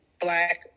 black